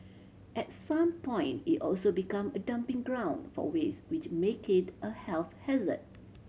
at some point it also become a dumping ground for waste which make it a health hazard